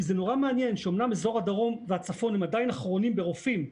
זה מעניין שאזור הדרום ואזור הצפון הם עדיין אחרונים ברופאים ובאחיות,